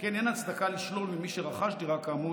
שכן אין הצדקה לשלול ממי שרכש דירה כאמור